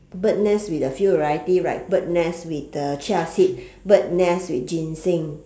bird nest with a few variety right bird nest with the chia seed bird nest with ginseng